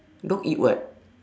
dog eat what